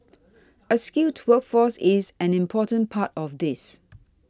a skilled workforce is an important part of this